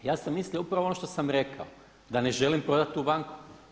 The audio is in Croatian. Ja sam mislio upravo ono šta sam rekao, da ne želim prodati tu banku.